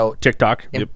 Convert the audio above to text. TikTok